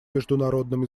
международным